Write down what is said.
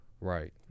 right